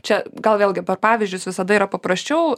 čia gal vėlgi per pavyzdžius visada yra paprasčiau